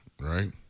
right